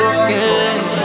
again